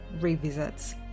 revisits